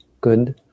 good